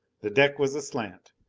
the deck was aslant.